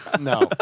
No